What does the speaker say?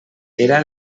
era